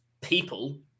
people